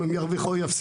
אם הם ירוויחו או יפסידו.